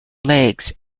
legs